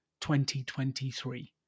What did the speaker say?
2023